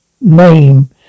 name